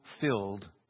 filled